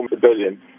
billion